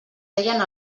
veien